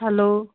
hello